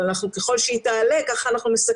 אבל ככל שהיא תעלה,